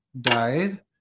died